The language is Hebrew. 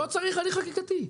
לא צריך הליך חקיקתי.